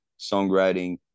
songwriting